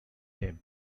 him